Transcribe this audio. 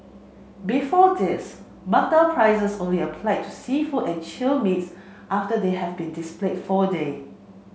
before this marked down prices only applied to seafood and chilled meats after they have been displayed for a day